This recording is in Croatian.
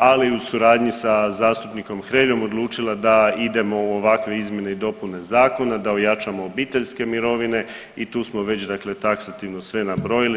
ali i u suradnji sa zastupnikom Hreljom odlučila da idemo u ovakve izmjene i dopune zakona, da ojačamo obiteljske mirovine i tu smo već, dakle taksativno sve nabrojili.